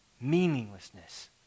meaninglessness